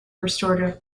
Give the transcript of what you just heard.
restorative